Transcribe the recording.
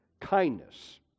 kindness